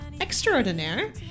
extraordinaire